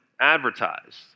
advertised